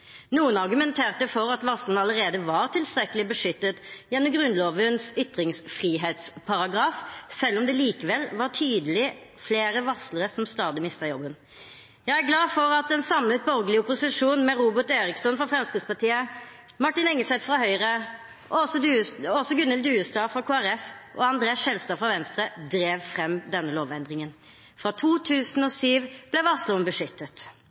Noen argumenterte for at varsleren allerede var tilstrekkelig beskyttet gjennom Grunnlovens ytringsfrihetsparagraf, selv om det likevel var tydelig at flere varslere stadig mistet jobben. Jeg er glad for at en samlet borgerlig opposisjon med Robert Eriksson fra Fremskrittspartiet, Martin Engeset fra Høyre, Åse Gunhild Duesund fra Kristelig Folkeparti og André N. Skjelstad fra Venstre drev fram denne lovendringen, og fra 2007 ble varsleren beskyttet.